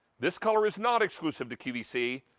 this color is not exclusive to qvc,